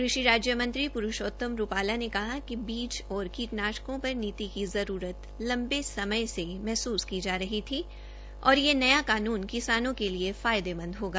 कृषि राज्य मंत्री पुरषोतम रूपाला ने कहा कि बीज और कीट नाशकों पर नीति की जरूरत लंबे समय से महसूस की जा रही थी और यह नया कानून किसानों के लिए फायदेमंद होगा